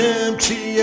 empty